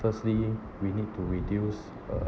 firstly we need to reduce uh